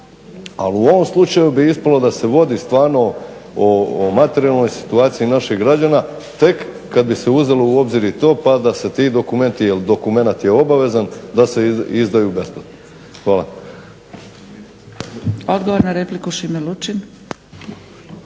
Ali u ovom slučaju bi ispalo da se vodi stvarno o materijalnoj situaciji naših građana tek kad bi se uzelo u obzir i to pa da se ti dokumenti jer dokumenat je obavezan, da se izdaju besplatno. Hvala. **Zgrebec, Dragica